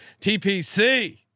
TPC